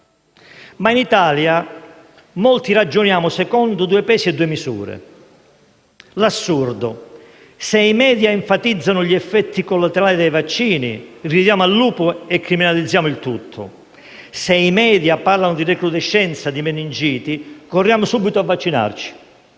Ma in Italia molti ragionano secondo due pesi e due misure. L'assurdo. Se i *media* enfatizzano gli effetti collaterali dei vaccini, gridiamo al lupo e criminalizziamo il tutto. Se i *media* parlano di recrudescenza di meningiti, corriamo subito a vaccinarci.